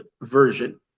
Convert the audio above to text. version